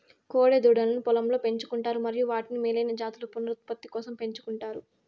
కోడె దూడలను పొలంలో పెంచు కుంటారు మరియు వాటిని మేలైన జాతుల పునరుత్పత్తి కోసం పెంచుకుంటారు